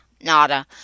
nada